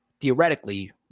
theoretically